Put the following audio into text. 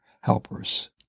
helpers